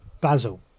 basil